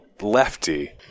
Lefty